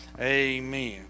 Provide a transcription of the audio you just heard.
Amen